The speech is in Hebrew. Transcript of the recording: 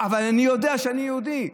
אבל אני יודע שאני יהודי,